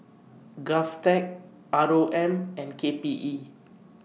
Govtech R O M and K P E